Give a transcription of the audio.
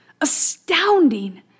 astounding